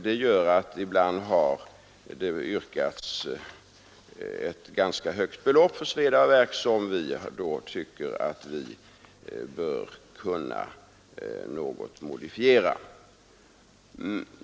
Det förekommer därför när det har yrkats ett ganska högt belopp för sveda och värk att vi tycker oss böra något modifiera detta.